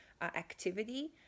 activity